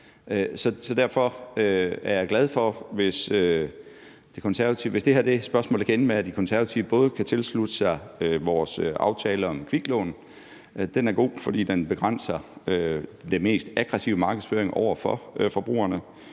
derfor er jeg glad, hvis det her er et spørgsmål om, at De Konservative kan tilslutte sig vores aftale om kviklån. Den er god, fordi den begrænser den mest aggressive markedsføring over for forbrugerne,